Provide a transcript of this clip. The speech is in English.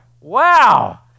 Wow